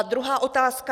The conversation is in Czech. Druhá otázka.